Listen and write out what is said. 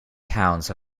towns